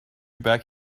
back